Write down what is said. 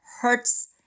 hurts